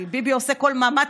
כי ביבי עושה כל מאמץ,